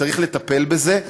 צריך לטפל בזה.